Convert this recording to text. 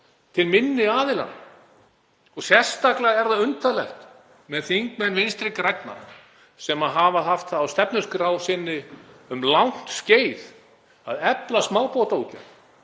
til minni aðila. Sérstaklega er það undarlegt með þingmenn Vinstri grænna sem hafa haft það á stefnuskrá sinni um langt skeið að efla smábátaútgerð